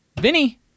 Vinny